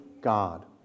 God